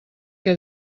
què